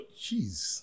Jeez